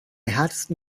härtesten